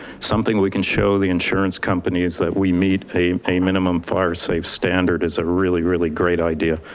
something we can show the insurance companies that we meet a a minimum fire safe standard is a really, really great idea.